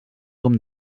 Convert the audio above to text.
com